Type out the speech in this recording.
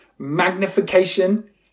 Magnification